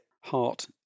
heart